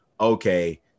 okay